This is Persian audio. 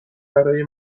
برای